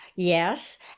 Yes